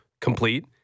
complete